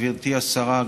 גברתי השרה,